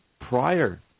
prior